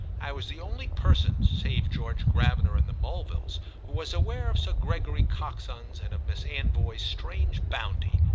i was the only person save george gravener and the mulvilles who was aware of sir gregory coxon's and of miss anvoy's strange bounty.